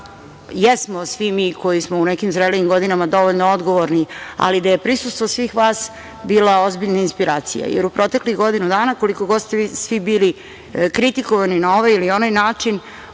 jesmo svi mi koji smo u nekim zrelijim godinama dovoljno odgovorni, ali da je prisustvo svih vas bila ozbiljna inspiracija, jer u proteklih godinu dana, koliko god ste vi svi bili kritikovani na ovaj ili onaj način,